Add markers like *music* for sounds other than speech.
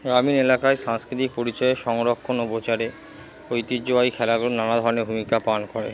হ্যাঁ আমি এলাকায় সাংস্কৃতিক পরিচয় সংরক্ষণ *unintelligible* ঐতিহ্যবাহী খেলাগুলো নানা ধরনের ভূমিকা পালন করে